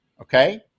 okay